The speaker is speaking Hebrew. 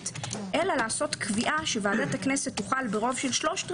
אלא לעשות קביעה שוועדת הכנסת תוכל ברוב של שלושת